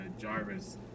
jarvis